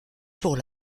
pour